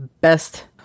best